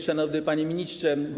Szanowny Panie Ministrze!